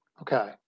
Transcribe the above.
Okay